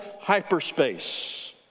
hyperspace